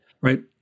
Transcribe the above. Right